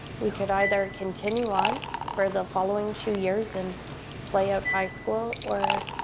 we could either continue on for the following two years and play out high school, or